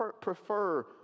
prefer